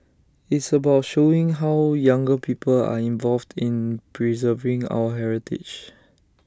it's about showing how younger people are involved in preserving our heritage